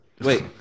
Wait